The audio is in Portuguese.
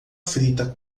frita